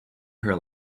her